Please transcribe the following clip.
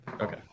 Okay